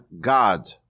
God